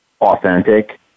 authentic